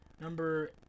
number